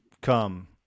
come